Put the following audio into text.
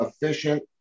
efficient